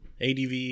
ADV